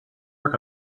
work